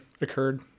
occurred